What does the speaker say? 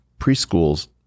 preschools